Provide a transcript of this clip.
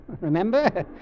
Remember